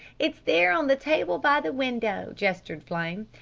it's there on the table by the window, gestured flame.